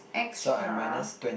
extra